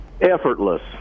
effortless